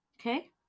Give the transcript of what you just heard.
Okay